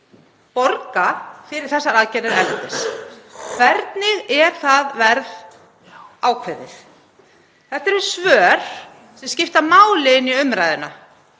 borga fyrir þessar aðgerðir sem gerðar eru erlendis? Hvernig er það verð ákveðið? Þetta eru svör sem skipta máli inn í umræðuna